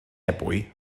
ebwy